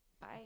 bye